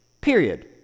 period